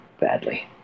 badly